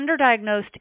underdiagnosed